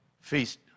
feast